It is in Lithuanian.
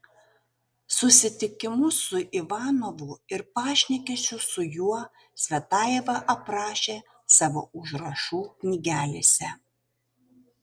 susitikimus su ivanovu ir pašnekesius su juo cvetajeva aprašė savo užrašų knygelėse